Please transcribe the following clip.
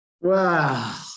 Wow